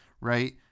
right